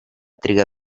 triga